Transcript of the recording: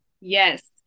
Yes